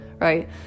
right